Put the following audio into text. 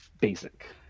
basic